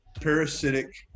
parasitic